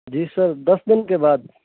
جی sir دس دن کے بعد